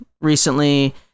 recently